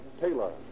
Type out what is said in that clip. Taylor